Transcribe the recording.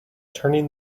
turning